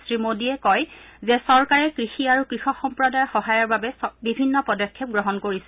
শ্ৰীমোডীয়ে কয় যে চৰকাৰে কৃষি আৰু কৃষক সম্প্ৰদায়ৰ সহায়ৰ বাবে চৰকাৰে বিভিন্ন পদক্ষেপ গ্ৰহণ কৰিছে